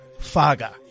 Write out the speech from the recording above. Faga